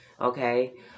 Okay